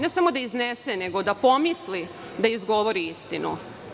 Ne samo da iznese, nego da pomisli da izgovori istinu.